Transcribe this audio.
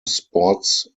sports